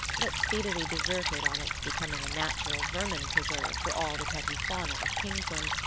but speedily deserted on its becoming a natural vermin preserve for all the petty fauna of kingsland,